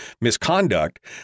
misconduct